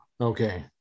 Okay